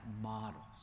models